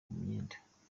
myenda